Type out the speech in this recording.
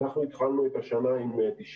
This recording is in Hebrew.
התחלנו את השנה עם 90